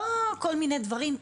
לא כל מיני דברים,